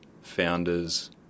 founders